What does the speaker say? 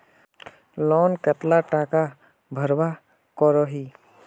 Loan कतला टाका भरवा करोही?